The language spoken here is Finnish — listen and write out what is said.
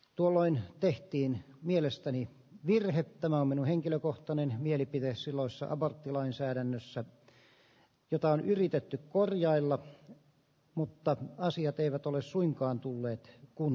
tuolloin tehtiin mielestäni virhe tämä on minun henkilökohtainen mielipiteensilloissa aborttilainsäädännössä jota on yritetty korjailla mutta asiat eivät ole suinkaan tule kun